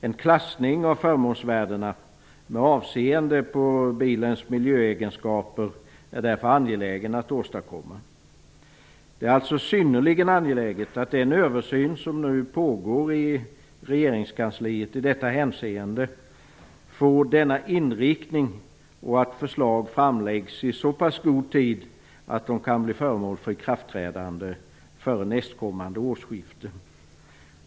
En klassning av förmånsvärdena med avseende på bilens miljöegenskaper är därför angelägen att åstadkomma. Det är synnerligen angeläget att den översyn som nu pågår i regeringskansliet i detta hänseende får denna inriktning och att förslag framläggs i så pass god tid att de kan bli föremål för ikraftträdande före nästkommande årsskifte.